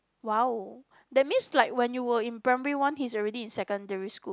!wow! that means like when you were in primary one he's already in secondary school